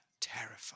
terrified